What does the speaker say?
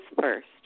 first